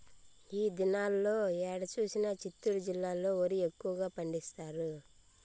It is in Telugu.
ఈ దినాల్లో ఏడ చూసినా చిత్తూరు జిల్లాలో వరి ఎక్కువగా పండిస్తారు